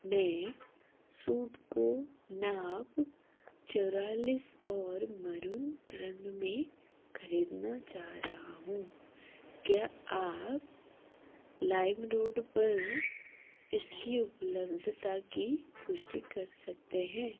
मैं सूट को नाप चवालीस और मरून रंग में ख़रीदना चाह रहा हूँ क्या आप लाइम रॉड पर इसकी उपलब्धता की पुष्टि कर सकते हैं